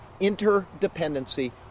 interdependency